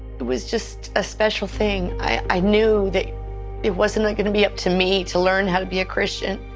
it was just a special thing, i knew that it wasn't like going to be up to me to learn how to be a christian.